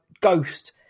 Ghost